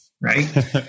Right